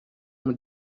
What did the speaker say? umu